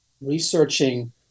researching